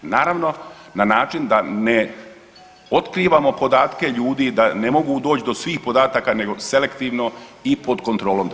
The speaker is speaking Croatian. Naravno na način da ne otkrivamo podatke ljudi, da ne mogu doći do svih podataka nego selektivno i pod kontrolom države.